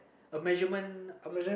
a measurement